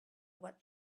what